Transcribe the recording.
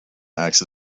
acts